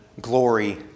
glory